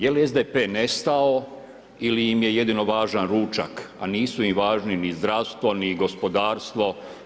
Je li SDP nestao ili im je jedino važan ručak a nisu im važni ni zdravstvo ni gospodarstvo.